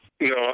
No